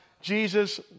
Jesus